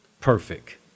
Perfect